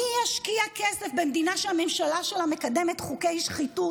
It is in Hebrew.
מי ישקיע כסף במדינה שהממשלה שלה מקדמת חוקי שחיתות